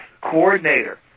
coordinator